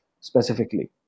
specifically